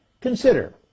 Consider